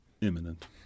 imminent